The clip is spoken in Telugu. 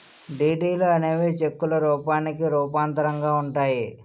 డీడీలు అనేవి చెక్కుల రూపానికి రూపాంతరంగా ఉంటాయి